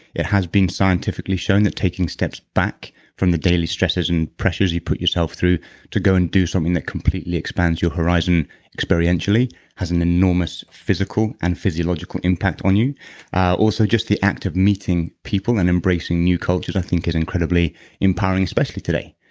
it has been scientifically shown that taking steps back from the daily stresses and pressures you put yourself through to go and do something that completely expands your horizon experientially has an enormous physical and physiological impact on you also, just the act of meeting people and embracing new cultures, i think, is incredibly empowering, especially today.